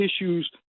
issues